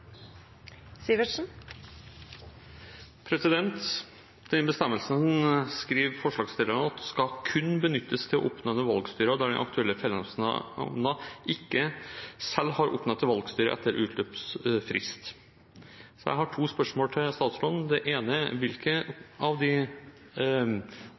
skriver at bestemmelsen kun skal benyttes til å oppnevne valgstyre «der den aktuelle fellesnemnda ikke selv har oppnevnt valgstyre etter en utløpt frist». Jeg har to spørsmål til statsråden. I hvilke av de kommunene eller fylkene som nå skal ha sammenslåinger, er det